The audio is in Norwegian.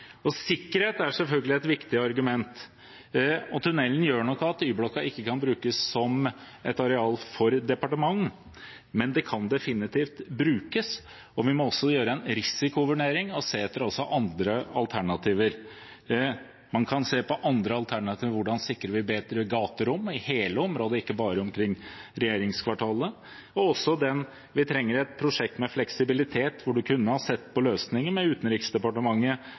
Sikkerhet er selvfølgelig et viktig argument, og tunnelen gjør nok at Y-blokka ikke kan brukes som et areal for departement, men det kan definitivt brukes. Vi må også gjøre en risikovurdering og se etter andre alternativer. Man kan se på andre alternativer for hvordan man sikrer gaterom bedre i hele området, ikke bare omkring regjeringskvartalet. Vi trenger også et prosjekt med fleksibilitet, hvor man kunne sett på løsninger med Utenriksdepartementet,